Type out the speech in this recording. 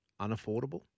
unaffordable